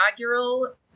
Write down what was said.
inaugural